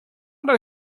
that